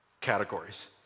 categories